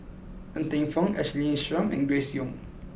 Ng Teng Fong Ashley Isham and Grace Young